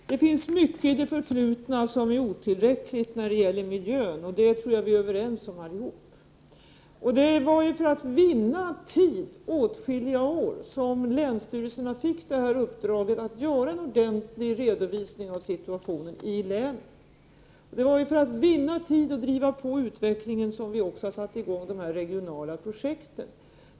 Fru talman! Det finns mycket i det förflutna som är otillräckligt när det gäller miljön. Det tror jag vi är överens om allihop. Det var ju för att vinna tid, åtskilliga år, som länsstyrelserna fick det här uppdraget att göra en ordentlig redovisning av situationen i länen. Det var för att vinna tid och driva på utvecklingen som vi också har satt i gång de här regionala projekten.